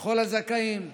לכל הזכאים,